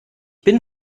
bin